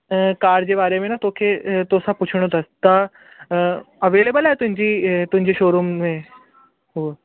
car जे बारे में न तोखे तोसां पुछिणो अथस त अवेलेबल आहे तुंहिंजी ईअ तुंहिंजी शोरूम में हूअ